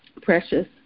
Precious